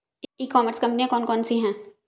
ई commerce कंपनियाँ कौन कौन सी हैं?